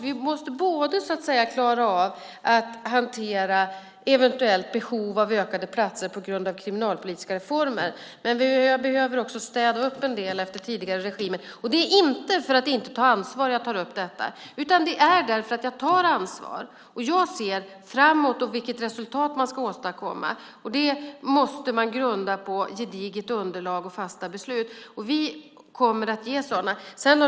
Vi måste både klara av att hantera eventuellt behov av ökat antal platser på grund av kriminalpolitiska reformer och städa upp en del efter tidigare regimer. Det är inte för att inte ta ansvar som jag tar upp detta, utan det är för att jag tar ansvar. Jag ser framåt och ser till vilket resultat man ska åstadkomma, och det måste man grunda på gediget underlag och fasta beslut. Vi kommer att ge sådana.